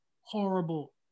horrible